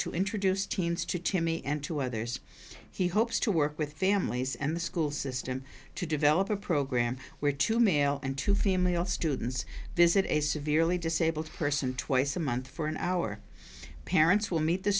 to introduce teens to to me and to others he hopes to work with families and the school system to develop a program where two male and two female students visit a severely disabled person twice a month for an hour parents will meet the